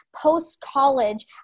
post-college